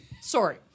Sorry